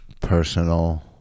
Personal